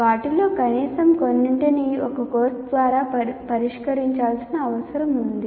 వాటిలో కనీసం కొన్నింటిని ఒక కోర్సు ద్వారా పరిష్కరించాల్సిన అవసరం ఉంది